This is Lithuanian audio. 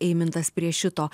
eimantas prie šito